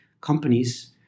companies